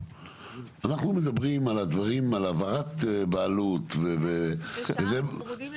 אנחנו מדברים על הדברים, על העברת בעלות, מה?